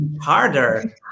harder